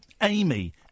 Amy